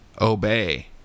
obey